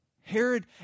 Herod